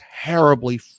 terribly